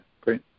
great